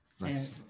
Nice